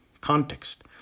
Context